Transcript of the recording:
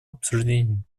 обсуждению